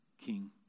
king